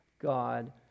God